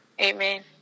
amen